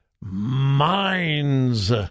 minds